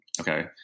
okay